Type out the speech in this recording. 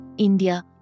India